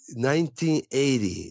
1980